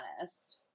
honest